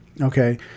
okay